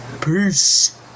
Peace